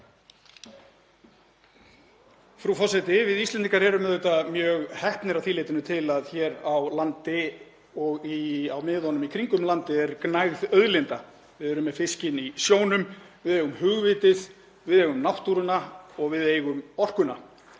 Frú forseti. Við Íslendingar erum auðvitað mjög heppnir að því leytinu til að hér á landi og á miðunum í kringum landið er gnægð auðlinda. Við erum með fiskinn í sjónum, við eigum hugvitið, við eigum náttúruna og við eigum orkuna.